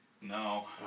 No